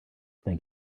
thank